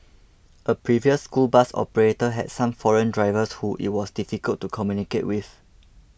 a previous school bus operator had some foreign drivers who it was difficult to communicate with